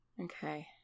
Okay